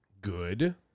good